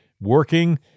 working